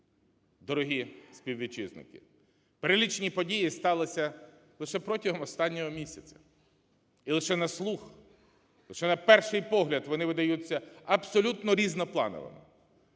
Дорогі співвітчизники, перелічені події сталися лише протягом останнього місяця, і лише на слух, лише на перший погляд вони видаються абсолютно різноплановими.